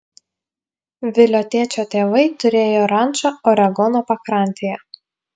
vilio tėčio tėvai turėjo rančą oregono pakrantėje